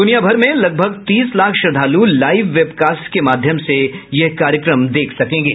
दुनिया भर में लगभग तीस लाख श्रद्धालु लाइव वेबकास्ट के माध्यम से यह कार्यक्रम देख सकेंगे